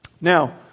Now